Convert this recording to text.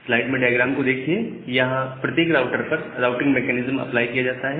slide में diagram को देखिए यहां प्रत्येक राउटर पर राउटिंग मेकैनिज्म अप्लाई किया जाता है